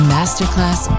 Masterclass